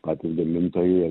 patys gamintojai